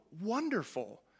wonderful